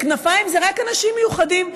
וכנפיים זה רק אנשים מיוחדים,